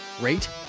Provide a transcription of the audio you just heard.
rate